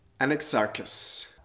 Anaxarchus